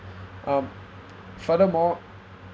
um furthermore